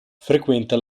frequenta